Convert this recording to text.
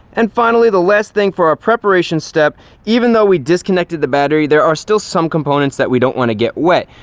and finally the last thing for our preparation step even though we disconnected the battery, there are still some components that we don't want to get wet.